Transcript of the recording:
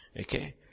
Okay